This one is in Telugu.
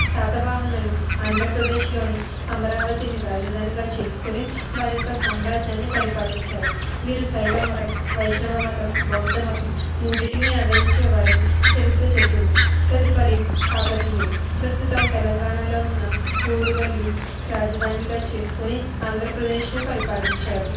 శాతవాహనులు ఆంధ్రప్రదేశ్లోని అమరావతిని రాజధానిగా చేసుకొని వారి యొక్క సామ్రాజ్యాన్ని పరిపాలించారు వీరు శైవ మతం వైష్ణవ మతం బౌద్ధమతం మూడింటిని ఆదరించేవారని చరిత్ర చెబుతోంది తదుపరి కాకతీయులు ప్రస్తుతం తెలంగాణలో ఉన్న ఓరుగల్లు రాజధానిగా చేసుకుని ఆంధ్రప్రదేశ్ను పరిపాలించారు